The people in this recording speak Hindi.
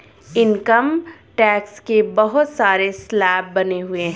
इनकम टैक्स के बहुत सारे स्लैब बने हुए हैं